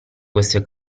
queste